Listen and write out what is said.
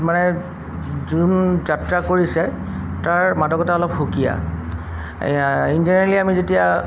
মানে যোন যাত্ৰা কৰিছে তাৰ মাদকতা অলপ সুকীয়া ইন জেনেৰেলি আমি যেতিয়া